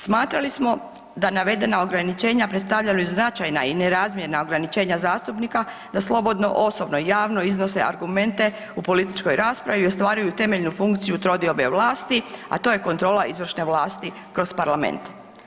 Smatrali smo da navedena ograničenja predstavljaju značajna i nerazmjerna ograničenja zastupnika da slobodno, osobno, javno iznose argumente u političkoj raspravi i ostvaruju temelju funkciju trodiobe vlasti, a to je kontrola izvršne vlasti kroz parlament.